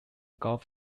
gulf